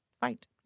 fight